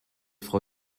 frau